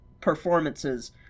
performances